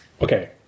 Okay